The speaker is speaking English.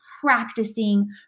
practicing